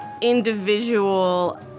individual